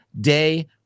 day